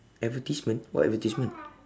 advertisement what advertisement